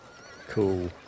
Cool